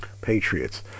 Patriots